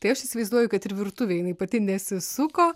tai aš įsivaizduoju kad ir virtuvėj jinai pati nesisuko